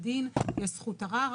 יש זכות ערר,